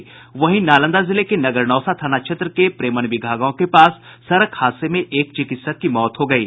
नालंदा जिले के नगरनौसा थाना क्षेत्र के प्रेमनबिगहा गांव के पास सड़क हादसे में एक चिकित्सक की मौत हो गयी